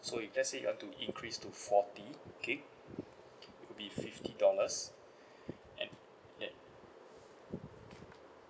so if let's say you want to increase to forty gig it'll be fifty dollars and at